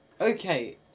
Okay